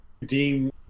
redeem